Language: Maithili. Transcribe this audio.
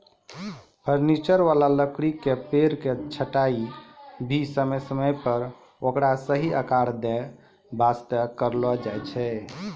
फर्नीचर वाला लकड़ी के पेड़ के छंटाई भी समय समय पर ओकरा सही आकार दै वास्तॅ करलो जाय छै